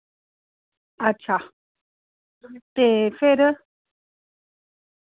अच्छा ते फिर